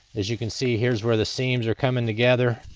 as you can see here's where the seams are coming together.